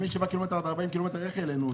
מי שנמצא עד 40 קילומטר איך יהיה לנו אותו?